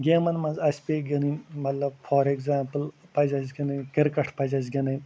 گیمَن منٛز اَسہِ پےٚ گِنٛدٕنۍ مطلب فار اٮ۪کزامپُل پَزِ اَسہِ گِنٛدٕنۍ کِرکَٹ پَزِ اَسہِ گِنٛدٕنۍ